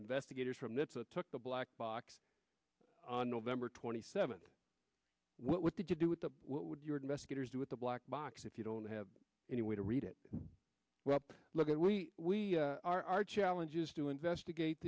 investigators from that's a took the black box on november twenty seventh what did you do with the what would your investigators do with the black box if you don't have any way to read it look at we we are our challenge is to investigate